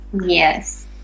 Yes